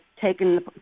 taken